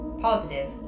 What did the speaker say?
positive